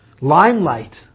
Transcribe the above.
limelight